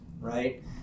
right